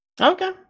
Okay